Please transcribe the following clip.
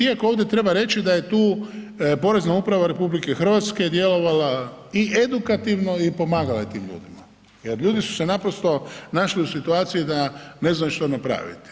Iako ovdje treba reći da je tu porezna uprava RH djelovala i edukativno i pomagala je tim ljudima jer ljudi su se naprosto našli u situaciji da ne znaju što napraviti.